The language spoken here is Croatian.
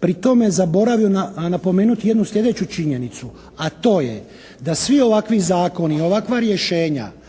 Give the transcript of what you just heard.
pri tome zaboravio napomenuti jednu slijedeću činjenicu, a to je da svi ovakvi zakoni, ovakva rješenja